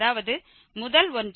அதாவது முதல் ஒன்று fx2x1